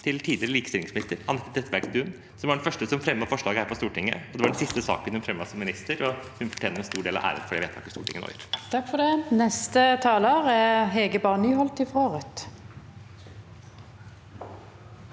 til tidligere likestillingsminister Anette Trettebergstuen, som var den første som fremmet forslaget på Stortinget. Det var den siste saken hun fremmet som minister, og hun fortjener en stor del av æren for det vedtaket Stortinget nå gjør. Hege Bae Nyholt (R)